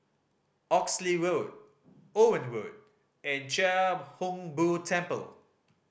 Oxley Road Owen Road and Chia Hung Boo Temple